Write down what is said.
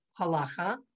halacha